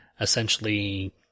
essentially